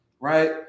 right